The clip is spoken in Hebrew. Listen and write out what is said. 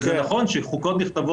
זה עניין כמעט